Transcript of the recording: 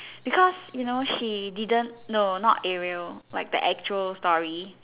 because you know she didn't no not Ariel like the actual story